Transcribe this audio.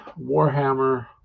warhammer